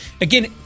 again